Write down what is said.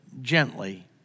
gently